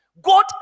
God